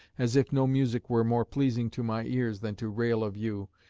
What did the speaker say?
as if no music were more pleasing to my ears than to rail of you,